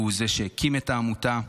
הוא זה שהקים את העמותה.